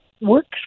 works